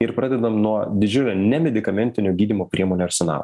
ir pradedam nuo didžiulio nemedikamentinio gydymo priemonių arsenal